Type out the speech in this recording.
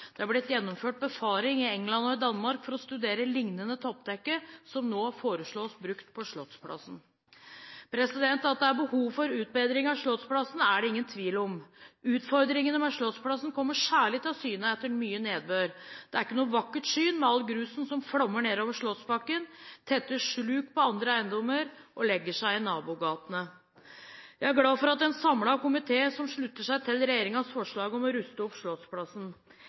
Det er blitt gjennomført befaring i England og i Danmark for å studere liknende toppdekke som nå foreslås brukt på Slottsplassen. At det er behov for utbedring av Slottsplassen, er det ingen tvil om. Utfordringene med Slottsplassen kommer særlig til syne etter mye nedbør. Det er ikke noe vakkert syn med all grusen som flommer nedover Slottsbakken, tetter sluk på andre eiendommer og legger seg i nabogatene. Jeg er glad for at en samlet komité slutter seg til regjeringens forslag om å ruste opp